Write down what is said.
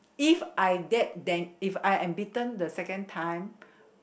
if I dead then if I am bitten the second time